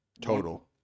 Total